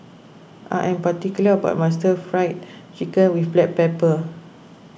I am particular about my Stir Fried Chicken with Black Pepper